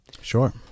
sure